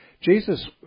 Jesus